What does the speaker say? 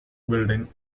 building